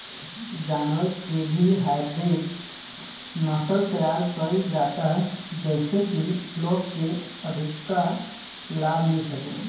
जानवर के भी हाईब्रिड नसल तैयार कईल जाता जेइसे की लोग के अधिका लाभ मिल सके